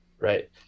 right